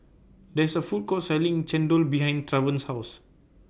There IS A Food Court Selling Chendol behind Travon's House